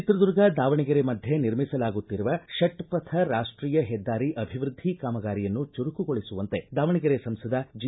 ಚಿತ್ರದುರ್ಗ ದಾವಣಗೆರೆ ಮಧ್ಯೆ ನಿರ್ಮಿಸಲಾಗುತ್ತಿರುವ ಷಟ್ಪಥ ರಾಷ್ಟೀಯ ಹೆದ್ದಾರಿ ಅಭಿವೃದ್ದಿ ಕಾಮಗಾರಿಯನ್ನು ಚುರುಕುಗೊಳಿಸುವಂತೆ ದಾವಣಗೆರೆ ಸಂಸದ ಜಿ